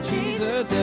Jesus